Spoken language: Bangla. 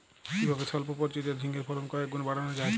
কিভাবে সল্প পরিচর্যায় ঝিঙ্গের ফলন কয়েক গুণ বাড়ানো যায়?